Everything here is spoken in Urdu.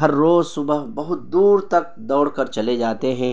ہر روز صبح بہت دور تک دوڑ کر چلے جاتے ہیں